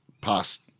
past